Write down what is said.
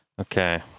Okay